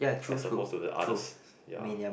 as supposed to the others ya